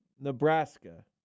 Nebraska